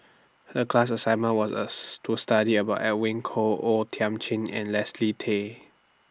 The class assignment was as to study about Edwin Koek O Thiam Chin and Leslie Tay